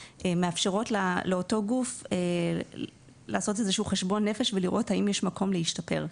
מאפשרות לאותו גוף לעשות איזה שהוא חשבון נפש ולראות האם יש מקום להשתפר.